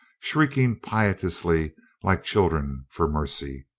shrieking piteously like children for mercy.